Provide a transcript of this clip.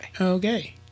Okay